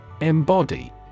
Embody